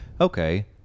Okay